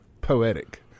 poetic